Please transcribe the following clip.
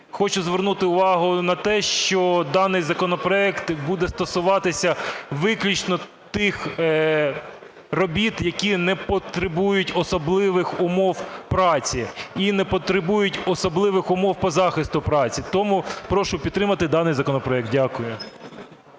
хочу звернути увагу на те, що даний законопроект буде стосуватися виключно тих робіт, які не потребують особливих умов праці і не потребують особливих умов по захисту праці. Тому прошу підтримати даний законопроект. Дякую.